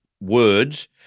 words